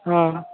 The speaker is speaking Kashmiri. آ